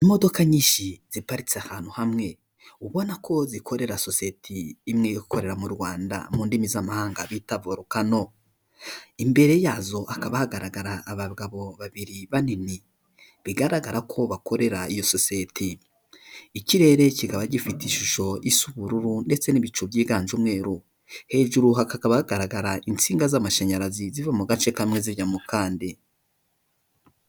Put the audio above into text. Imodoka nyinshi ziparitse ahantu hamwe ubona ko zikorera sosiyete imwe ikorera mu Rwanda mu ndimi z'amahanga bita varukano, imbere yazo hakaba hagaragara abagabo babiri banini bigaragara ko bakorera iyo sosiyete ikirere kikaba gifite ishusho isa ubururu ndetse n'ibicu byiganje umwe hejuru hakaba hagaragara insinga z'amashanyarazi ziva mu gace kamwe zijya mu kandi.